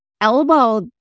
elbow